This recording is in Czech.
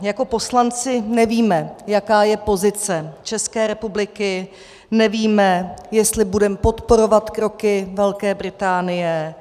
Jako poslanci nevíme, jaká je pozice České republiky, nevíme, jestli budeme podporovat kroky Velké Británie.